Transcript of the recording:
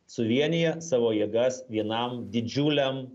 suvienija savo jėgas vienam didžiuliam